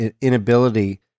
inability